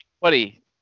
Buddy